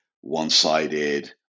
one-sided